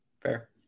Fair